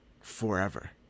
forever